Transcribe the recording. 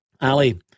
Ali